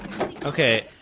Okay